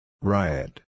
Riot